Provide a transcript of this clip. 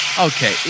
Okay